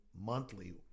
monthly